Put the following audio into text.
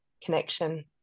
connection